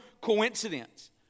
coincidence